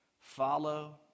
Follow